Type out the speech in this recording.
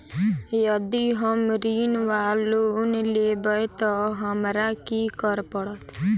यदि हम ऋण वा लोन लेबै तऽ हमरा की करऽ पड़त?